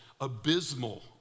abysmal